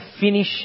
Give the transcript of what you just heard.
finish